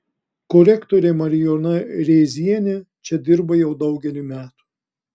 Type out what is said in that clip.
korektorė marijona rėzienė čia dirba jau daugelį metų